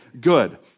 good